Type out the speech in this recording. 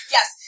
Yes